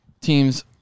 teams